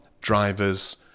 drivers